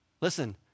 Listen